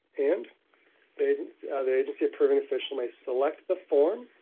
and the agency approving official may select the form,